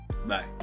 Bye